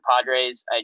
Padres